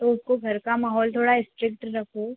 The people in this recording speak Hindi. तो उसको घर का माहौल थोड़ा इस्ट्रिक्ट रखो